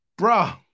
bruh